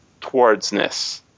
towardsness